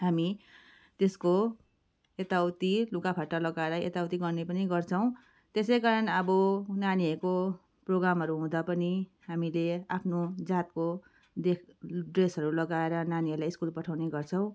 हामी त्यसको यताउति लुगाफाटा लगाएर यताउति गर्ने पनि गर्छौँ त्यसै कारण अब नानीहरूको पोग्रामहरू हुँदा पनि हामीले आफ्नो जातको देख् ड्रेसहरू लगाएर नानीहरूलाई स्कुल पठाउने गर्छौँ